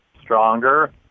stronger